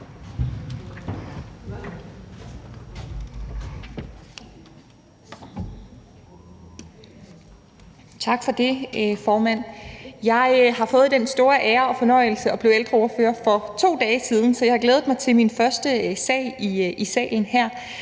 Tak for det, formand. Jeg har fået den store ære og fornøjelse at blive ældreordfører for 2 dage siden, så jeg har glædet mig til min første sag i salen her.